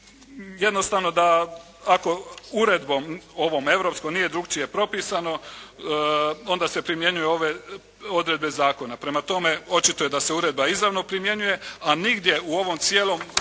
jednostavno da ako uredbom ovom europskom nije drukčije propisano, onda se primjenjuju ove odredbe zakona, prema tome očito je da se uredba izravno primjenjuje, a nigdje u ovom cijelom